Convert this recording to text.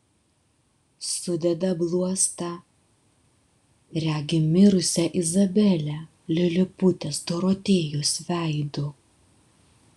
sudeda bluostą regi mirusią izabelę liliputės dorotėjos veidu